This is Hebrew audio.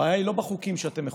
הבעיה לא בחוקים שאתם מחוקקים,